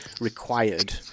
required